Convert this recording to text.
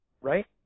Right